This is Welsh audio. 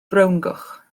frowngoch